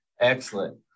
Excellent